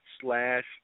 slash